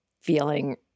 feeling